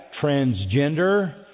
transgender